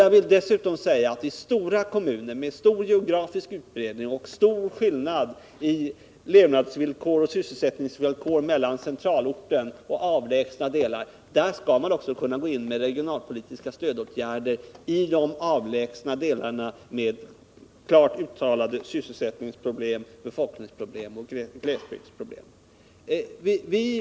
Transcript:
Jag vill dessutom säga att beträffande stora kommuner, med stor geografisk utbredning och stora skillnader i levnadsoch sysselsättningsvillkor mellan centralorten och avlägsna delar, där skall vi också kunna gå in med regionalpolitiska stödåtgärder i de avlägsna delarna med klart uttalade sysselsättnings-, befolkningsoch glesbygdsproblem.